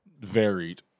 varied